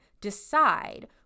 decide